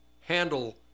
handle